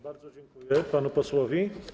Bardzo dziękuję panu posłowi.